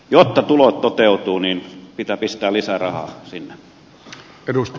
jotta tulot toteutuvat pitää pistää lisää rahaa sinne